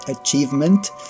achievement